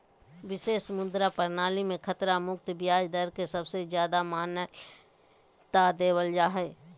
विशेष मुद्रा प्रणाली मे खतरा मुक्त ब्याज दर के सबसे ज्यादा मान्यता देवल जा हय